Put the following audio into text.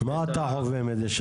מה שלא יהיה,